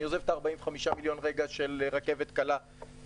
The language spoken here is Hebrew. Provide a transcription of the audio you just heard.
אני עוזב את ה-45 מיליון של רכבת קלה בירושלים.